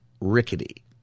rickety